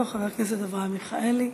או חבר הכנסת אברהם מיכאלי,